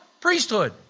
priesthood